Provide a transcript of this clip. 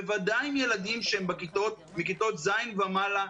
בוודאי עם ילדים מכיתות ז' ומעלה.